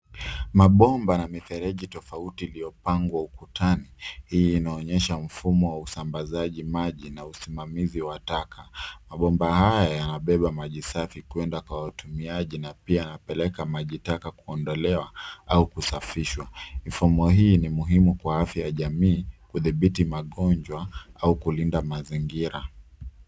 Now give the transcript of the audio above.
Mabomu ya mifereji tofauti vyapangwa ukuta. Hii inaonyesha mfumo wa usambazaji maji na usimamizi wa taka. Mabomba haya yanabeba maji safi kwenda kwa watumiaji na pia yanapeleka majitaka kuondolewa au kusafishwa. Mfumo hii ni bora kwa afya ya jamii kudhibiti magonjwa au kulinda mazingira.